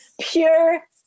Pure